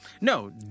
No